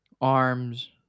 arms